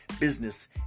business